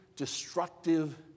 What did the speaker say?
destructive